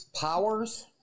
Powers